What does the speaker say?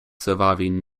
surviving